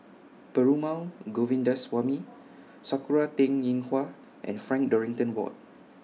Perumal Govindaswamy Sakura Teng Ying Hua and Frank Dorrington Ward